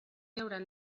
hauran